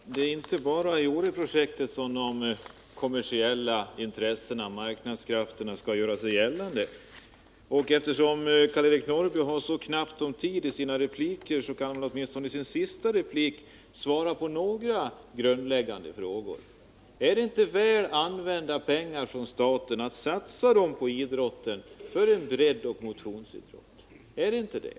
Herr talman! Det är inte bara i Åreprojektet som de kommersiella intressena och marknadskrafterna skall göra sig gällande. Eftersom Karl Eric Norrby hittills haft ont om tid i sina repliker kan han väl åtminstone i sin sista replik svara på några grundläggande frågor: Är det inte väl använda pengar när staten satsar på en breddoch motionsidrott? Är det inte det?